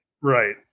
right